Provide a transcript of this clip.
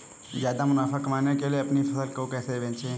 ज्यादा मुनाफा कमाने के लिए अपनी फसल को कैसे बेचें?